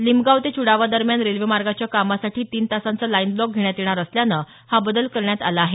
लिंबगाव ते च्डावादरम्यान रेल्वेमार्गाच्या कामासाठी तीन तासांचा लाईन ब्लॉक घेण्यात येणार असल्यानं हा बदल करण्यात आला आहे